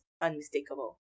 unmistakable